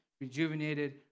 rejuvenated